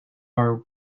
are